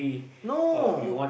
no